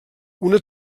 una